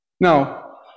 Now